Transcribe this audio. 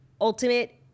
ultimate